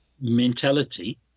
mentality